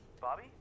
bobby